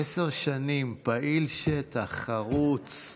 עשר שנים פעיל שטח, חרוץ,